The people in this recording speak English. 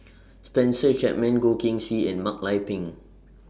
Spencer Chapman Goh Keng Swee and Mak Lai Peng